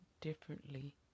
differently